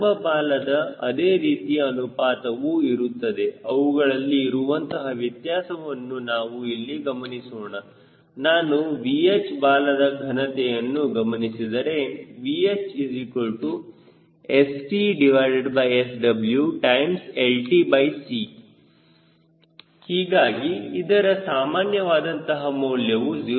ಲಂಬ ಬಾಲದ ಅದೇ ರೀತಿಯ ಅನುಪಾತವು ಇರುತ್ತದೆ ಅವುಗಳಲ್ಲಿ ಇರುವಂತಹ ವ್ಯತ್ಯಾಸವನ್ನು ನಾವು ಇಲ್ಲಿ ಗಮನಿಸೋಣ ನಾನು VH ಬಾಲದ ಘನತೆಯನ್ನು ಗಮನಿಸಿದರೆ VHStSwltc ಹೀಗಾಗಿ ಇದರ ಸಾಮಾನ್ಯ ವಾದಂತಹ ಮೌಲ್ಯವು 0